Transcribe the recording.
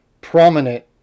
prominent